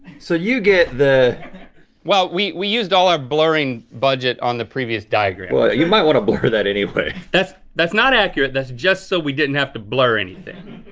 so you get the well we we used all our blurring budget on the previous diagram. well you might wanna blur that anyway. that's that's not accurate, that's just so we didn't have to blue anything.